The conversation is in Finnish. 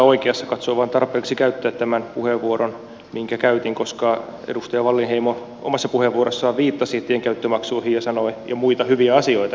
katsoin vain tarpeelliseksi käyttää tämän puheenvuoron minkä käytin koska edustaja wallinheimo omassa puheenvuorossaan viittasi tienkäyttömaksuihin ja sanoi muita hyviä asioita